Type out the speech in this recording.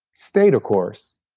stay the course.